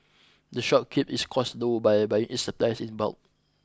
the shop keeps its costs low by buying its supplies in bulk